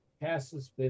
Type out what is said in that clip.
passes